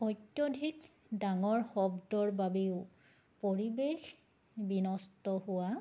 অত্যাধিক ডাঙৰ শব্দৰ বাবেও পৰিৱেশ বিনষ্ট হোৱা